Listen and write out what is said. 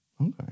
Okay